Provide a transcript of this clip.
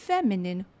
Feminine